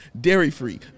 dairy-free